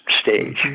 stage